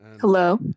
Hello